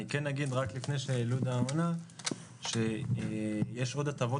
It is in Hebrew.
אני כן אומר שלפני שהיא עונה שיש עוד הטבות